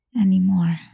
anymore